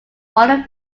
all